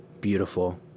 beautiful